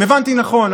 אם הבנתי נכון,